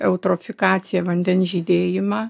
eutrofikaciją vandens žydėjimą